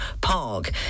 Park